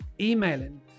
emailing